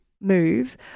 move